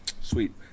Sweet